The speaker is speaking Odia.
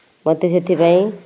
ମୋତେ ସେଥିପାଇଁ